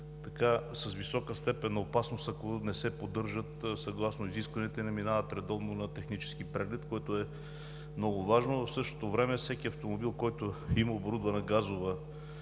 са с висока степен на опасност, ако не се поддържат съгласно изискванията и не минават редовно на технически преглед, което е много важно. В същото време всеки автомобил, който има оборудване – газова